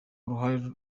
uruhare